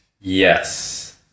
yes